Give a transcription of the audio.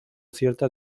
cierta